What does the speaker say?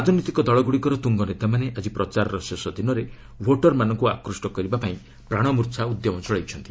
ରାଜନୈତିକ ଦଳଗୁଡ଼ିକର ତୁଙ୍ଗ ନେତାମାନେ ଆଜି ପ୍ରଚାରର ଶେଷ ଦିନରେ ଭୋଟର୍ମାନଙ୍କୁ ଆକୃଷ୍ଟ କରିବାପାଇଁ ପ୍ରାଣମୂର୍ଚ୍ଛା ଉଦ୍ୟମ ଚଳାଇଛନ୍ତି